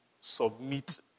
submit